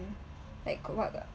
like wha~